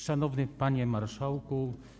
Szanowny Panie Marszałku!